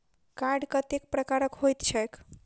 Card कतेक प्रकारक होइत छैक?